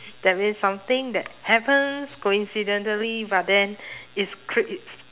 that means something that happens coincidentally but then it's cra~ it's